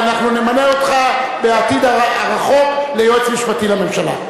אנחנו נמנה אותך בעתיד הרחוק ליועץ משפטי לממשלה.